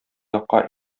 якка